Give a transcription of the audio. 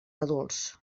adults